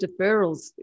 deferrals